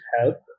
help